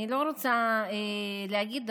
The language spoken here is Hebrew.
אני לא רוצה להגיד,